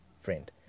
friend